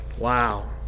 wow